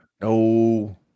No